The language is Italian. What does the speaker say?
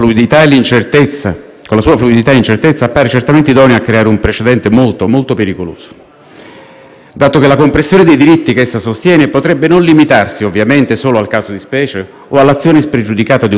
dato che la compressione dei diritti che essa sostiene potrebbe ovviamente non limitarsi solo al caso di specie o all'azione spregiudicata di un Ministro *pro tempore* ma essere invocata in futuro, in situazioni diverse ma analoghe, da altri Ministri